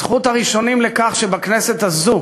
זכות הראשונים לכך שבכנסת הזאת